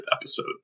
episode